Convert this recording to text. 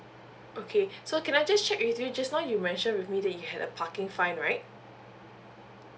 okay so can I just check with you just now you mentioned with me that you have a parking fine right